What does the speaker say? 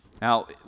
Now